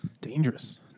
Dangerous